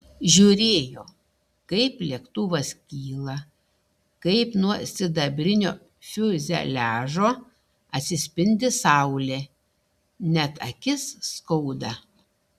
žiūrėjo kaip lėktuvas kyla kaip nuo sidabrinio fiuzeliažo atsispindi saulė net akis skauda